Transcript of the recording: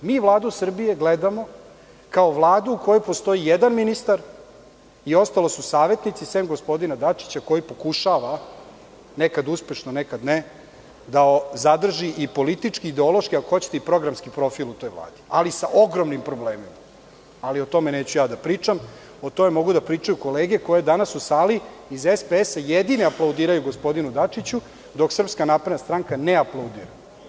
Mi Vladu Srbije gledamo kao Vladu u kojoj postoji jedan ministar i ostali su savetnici, sem gospodina Dačića, koji pokušava nekada uspešno, nekada ne, da zadrži i politički i ideološki, a ako hoćete i programski profil u toj Vladi, ali sa ogromnim problemima, ali o tome neću da pričam, o tome mogu da pričaju kolege koje danas u sali iz SPS-a jedine aplaudiraju gospodinu Dačiću, dok SNS ne aplaudira.